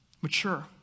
Mature